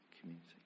community